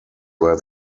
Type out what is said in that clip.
where